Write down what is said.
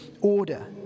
order